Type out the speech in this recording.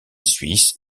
suisse